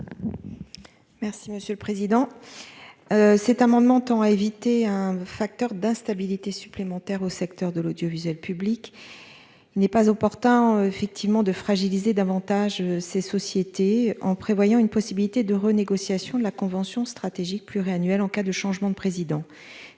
Merci monsieur le président. Cet amendement tend à éviter un facteur d'instabilité supplémentaire au secteur de l'audiovisuel public. N'est pas opportun effectivement de fragiliser davantage ces sociétés en prévoyant une possibilité de renégociation de la convention stratégique pluriannuel en cas de changement de président.